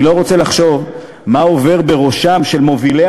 אני לא רוצה לחשוב מה עובר בראשם של מובילי